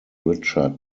richard